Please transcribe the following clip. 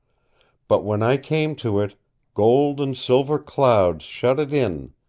but when i came to it gold and silver clouds shut it in,